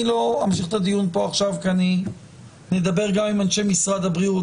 אני לא אמשיך את הדיון פה עכשיו כי נדבר גם עם אנשי משרד הבריאות,